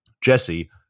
Jesse